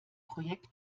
projekt